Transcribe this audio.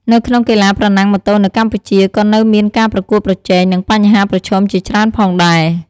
នៅក្នុងកីឡាប្រណាំងម៉ូតូនៅកម្ពុជាក៏នៅមានការប្រកួតប្រជែង និងបញ្ហាប្រឈមជាច្រើនផងដែរ។